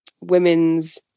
women's